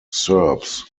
serbs